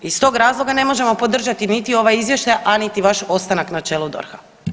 Iz tog razloga ne možemo podržati niti ovaj izvještaj, a niti vaš ostanak na čelu DORH-a.